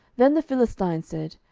then the philistines said,